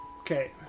Okay